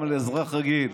גם לאזרח רגיל.